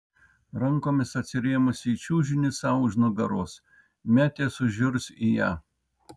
rankomis atsirėmusi į čiužinį sau už nugaros metė sužiurs į ją